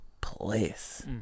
place